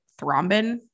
thrombin